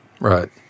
right